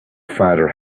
father